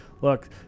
look